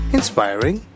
Inspiring